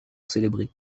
célébrés